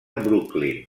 brooklyn